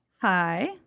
Hi